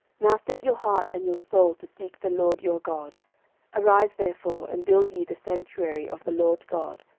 now set your heart and your soul to seek the lord your god arise therefore, and build ye the sanctuary of the lord god,